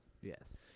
yes